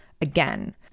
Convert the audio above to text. again